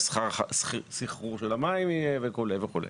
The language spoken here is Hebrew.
הסחרור של המים וכו'.